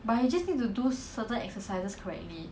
and jio darryl ah